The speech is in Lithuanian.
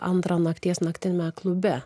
antrą nakties naktiniame klube